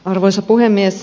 arvoisa puhemies